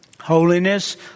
Holiness